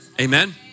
Amen